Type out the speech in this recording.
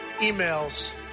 emails